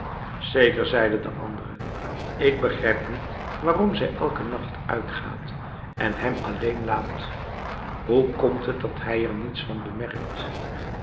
zeker zeide de andere ik begrijp niet waarom zij elken nacht uitgaat en hem alleen laat hoe komt het dat hij er niets van bemerkt